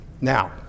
Now